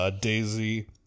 Daisy